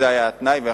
זה היה התנאי,